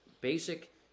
basic